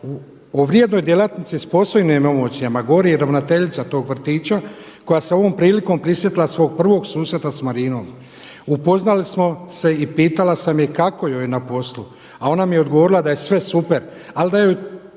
O vrijednoj djelatnici s posebnim emocijama govori i ravnateljica tog vrtića koja se ovom prilikom prisjetila svog prvog susreta s Marinom. Upoznali smo se i pitala sam je kako joj je na poslu a ona mi je odgovorila da je sve super ali da joj